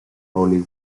only